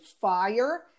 fire